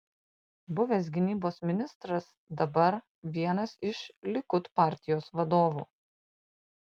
buvęs gynybos ministras dabar vienas iš likud partijos vadovų